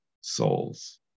souls